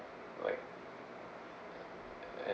like and